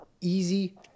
easy